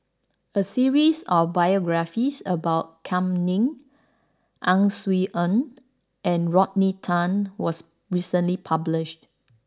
a series of biographies about Kam Ning Ang Swee Aun and Rodney Tan was recently published